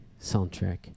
soundtrack